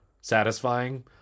satisfying